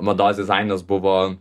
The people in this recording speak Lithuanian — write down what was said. mados dizainas buvo